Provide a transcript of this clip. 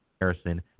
Harrison